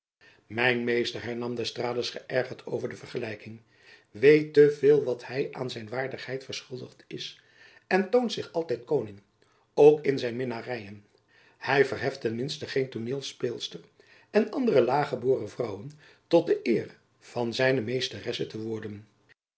mijn meester hernam d'estrades geërgerd over de vergelijking weet te veel wat hy aan zijn waardigheid verschuldigd is en toont zich altijd koning ook in zijn minnaryen hy verheft ten minsten geen tooneelspeelster en andere laaggeboren vrouwen tot de eer van zijn meesteresse te worden